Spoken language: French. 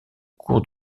cour